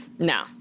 No